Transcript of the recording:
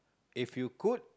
if you could